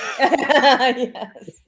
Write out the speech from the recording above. Yes